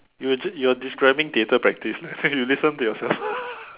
you were you were describing theatre practice leh you listen to yourself